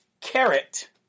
Carrot